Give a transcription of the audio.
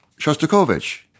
Shostakovich